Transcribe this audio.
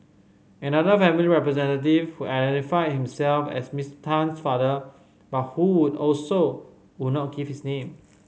another family representative who identified himself as Mister Tan father but who would also would not give his name